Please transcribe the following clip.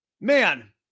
man